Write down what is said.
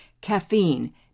Caffeine